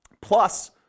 plus